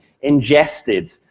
ingested